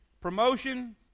Promotion